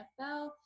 NFL